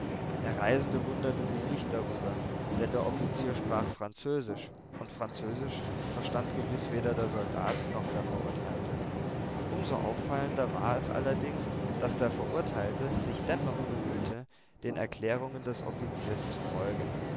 der reisende wunderte sich nicht darüber denn der offizier sprach französisch und französisch verstand gewiß weder der soldat noch der verurteilte um so auffallender war es allerdings daß der verurteilte sich dennoch bemühte den erklärungen des offiziers zu folgen